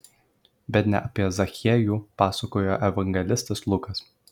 bet ne apie zachiejų pasakoja evangelistas lukas